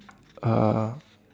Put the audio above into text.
uh